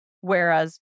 whereas